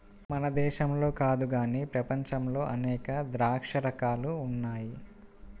మన దేశంలో కాదు గానీ ప్రపంచంలో అనేక ద్రాక్ష రకాలు ఉన్నాయి